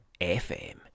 FM